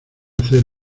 hacer